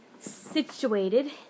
situated